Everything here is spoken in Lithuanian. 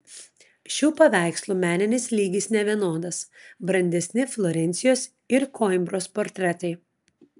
šių paveikslų meninis lygis nevienodas brandesni florencijos ir koimbros portretai